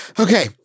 Okay